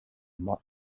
more